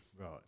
Right